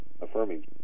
affirming